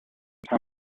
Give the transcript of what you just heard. from